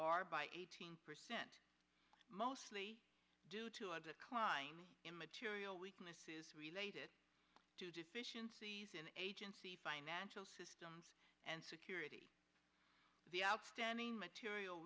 are by eighteen percent mostly due to other klein immaterial weaknesses related to deficiencies in agency financial systems and security the outstanding material